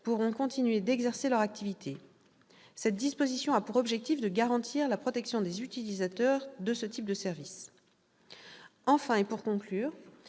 pourront continuer d'exercer leur activité. Cette disposition a pour objectif de garantir la protection des utilisateurs de ce type de service. Enfin, et pour conclure,